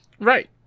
Right